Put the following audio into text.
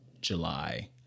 July